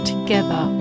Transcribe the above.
Together